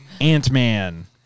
Ant-Man